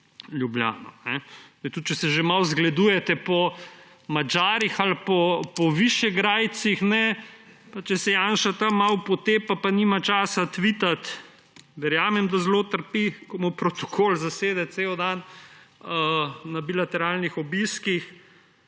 Ljubljano. Tudi če se že malo zgledujete po Madžarih ali po višegrajcih, če se Janša tam malo potepa pa nima časa tvitati, verjamem, da zelo trpi, ko mu protokol zasede cel dan na bilateralnih obiskih.